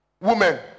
women